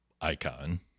icon